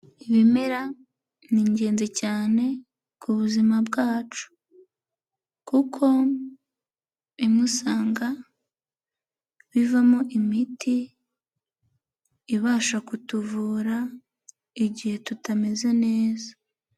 Ibimera ni ingenzi cyane ku buzima bwacu kuko bimwe usanga bivamo imiti ibasha kutuvura igihe tutameze neza.